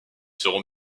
seront